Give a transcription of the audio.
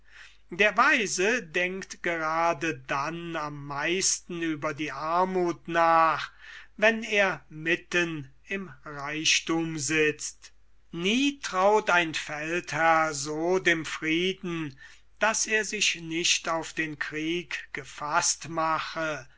der weise denkt gerade dann am meisten über die armuth nach wenn er mitten im reichthum sitzt nie traut ein feldherr so dem frieden daß er sich nicht auf den krieg gefaßt mache